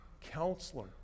counselor